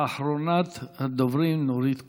אחרונת הדוברים, נורית קורן.